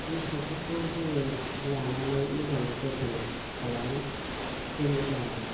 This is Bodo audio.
मोसौफोरखौ जोङो लानानै मोजां जोथोन खालामो जेनेबा